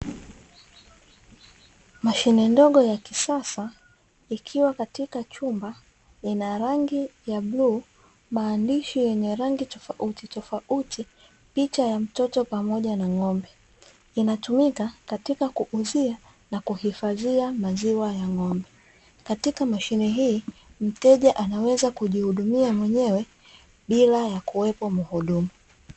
Mashine ndogo ya kisasa ikiwa katika chumba ina rangi ya bluu, maandishi yenye rangi tofauti tofauti, picha ya mtoto pamoja na ng'ombe inatumika katika kuuzia na kuhifadhia maziwa ya ng'ombe. katika mashine hii mteja anaweza kujihudumia mwenyewe bila ya kuwepo mhudumu.